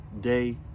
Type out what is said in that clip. day